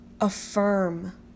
Affirm